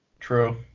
True